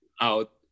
out